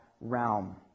realm